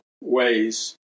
ways